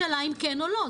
השאלה היא אם כן או לא.